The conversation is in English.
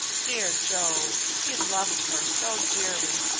dear joe he loved her so dearly,